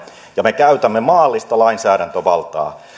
ja me käytämme maallista lainsäädäntövaltaa